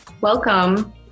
Welcome